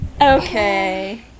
Okay